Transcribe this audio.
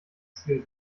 ziel